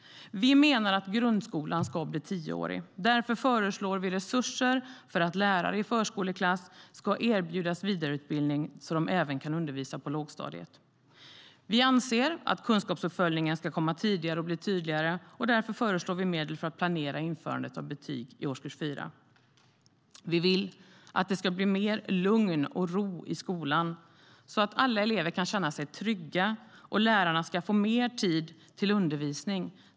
Vi menar att grundskolan ska bli tioårig. Därför föreslår vi resurser för att lärare i förskoleklass ska erbjudas vidareutbildning så att de även kan undervisa på lågstadiet. Vi anser att kunskapsuppföljningen ska komma tidigare och bli tydligare, och därför föreslår vi medel för att planera införandet av betyg från årskurs 4.Vi vill att det ska bli mer lugn och ro i skolan så att alla elever ska känna sig trygga och att lärarna ska få mer tid till undervisning.